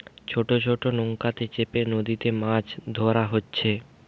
ছোট ছোট নৌকাতে চেপে নদীতে যে মাছ ধোরা হচ্ছে